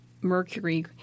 mercury